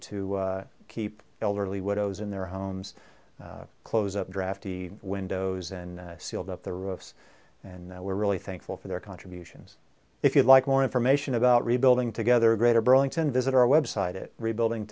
to keep elderly widows in their homes close up drafty windows and sealed up their roofs and that we're really thankful for their contributions if you'd like more information about rebuilding together greater burlington visit our website at rebuilding